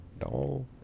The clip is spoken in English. no